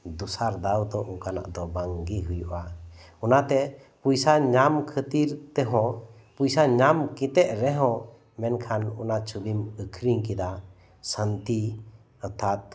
ᱫᱚᱥᱟᱨ ᱫᱷᱟᱣ ᱫᱚ ᱚᱝᱠᱟᱱᱟᱜ ᱫᱚ ᱵᱟᱝ ᱜᱮ ᱦᱩᱭᱩᱜᱼᱟ ᱚᱱᱟᱛᱮ ᱯᱚᱭᱥᱟ ᱧᱟᱢ ᱠᱷᱟᱹᱛᱤᱨ ᱛᱮᱦᱚᱸ ᱯᱚᱭᱥᱟ ᱧᱟᱢ ᱠᱟᱛᱮᱫ ᱨᱮᱦᱚᱸ ᱢᱮᱱᱠᱷᱟᱱ ᱚᱱᱟ ᱪᱷᱚᱵᱤᱢ ᱟᱠᱷᱨᱤᱧ ᱠᱮᱫᱟ ᱥᱟᱱᱛᱤ ᱚᱨᱛᱷᱟᱛ